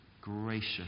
gracious